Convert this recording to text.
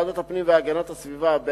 ועדת הפנים והגנת הסביבה,